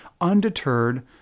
undeterred